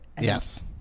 Yes